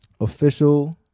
official